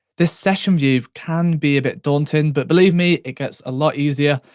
this session view can be a bit daunting, but believe me it gets a lot easier.